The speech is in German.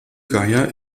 geier